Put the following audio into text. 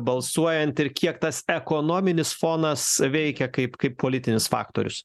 balsuojant ir kiek tas ekonominis fonas veikia kaip kaip politinis faktorius